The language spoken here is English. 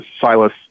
Silas